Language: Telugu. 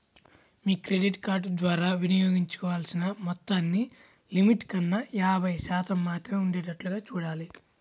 మీ క్రెడిట్ కార్డు ద్వారా వినియోగించాల్సిన మొత్తాన్ని లిమిట్ కన్నా యాభై శాతం మాత్రమే ఉండేటట్లుగా చూడాలి